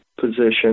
position